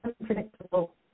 unpredictable